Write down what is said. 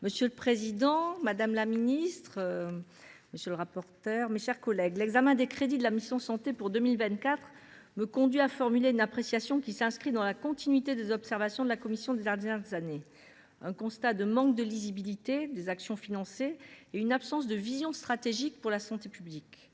Monsieur le président, madame la ministre, monsieur le rapporteur spécial, mes chers collègues, l’examen des crédits de la mission « Santé » pour 2024 me conduit à formuler une appréciation qui s’inscrit dans la continuité des observations de la commission ces dernières années : les actions financées manquent de lisibilité et il n’y a pas de vision stratégique pour la santé publique.